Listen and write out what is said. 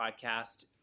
podcast